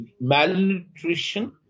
malnutrition